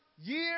year